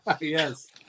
Yes